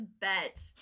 bet